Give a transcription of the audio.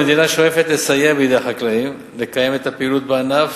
המדינה שואפת לסייע בידי החקלאים לקיים את הפעילות בענף.